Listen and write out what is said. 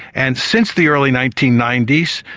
and since the early nineteen ninety s,